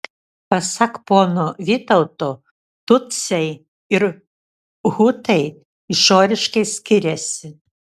pasak pono vytauto tutsiai ir hutai išoriškai skiriasi